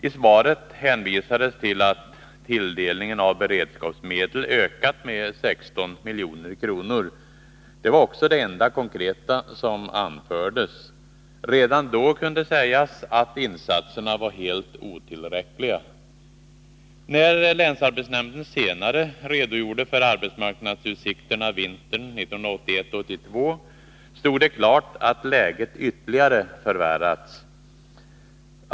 I svaret hänvisades till att tilldelningen av beredskapsmedel ökat med 16 milj.kr. Det var också det enda konkreta som anfördes. Redan då kunde sägas att insatserna var helt otillräckliga. När länsarbetsnämnden senare redogjorde för arbetsmarknadsutsikterna vintern 1981/82 stod det klart att läget ytterligare förvärrats.